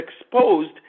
exposed